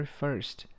first